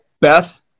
Beth